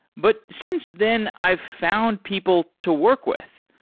but since then, i've found people to work with,